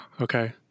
okay